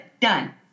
done